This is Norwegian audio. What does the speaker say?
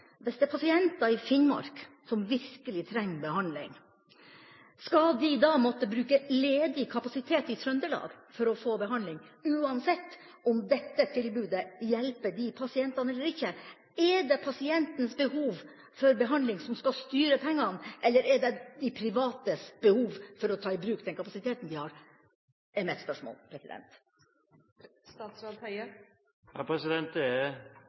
Hvis det er pasienter i Finnmark som virkelig trenger behandling, skal de da måtte bruke ledig kapasitet i Trøndelag for å få behandling, uansett om det tilbudet hjelper de pasientene eller ikke? Er det pasientens behov for behandling som skal styre pengene, eller er det de privates behov for å ta i bruk den kapasiteten de har? Det er pasientens behov for behandling som skal gjelde. Det er